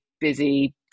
busy